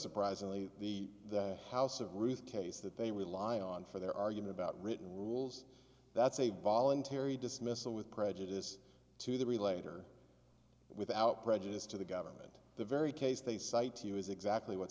surprisingly the house of ruth case that they rely on for their argument about written rules that's a voluntary dismissal with prejudice to the relator without prejudice to the government the very case they cite to you is exactly what's